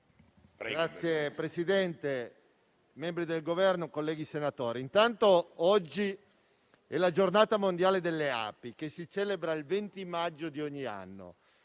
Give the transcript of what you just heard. rappresentante del Governo, colleghi senatori, oggi è la Giornata mondiale delle api, che si celebra il 20 maggio di ogni anno,